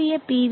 Surya B